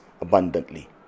abundantly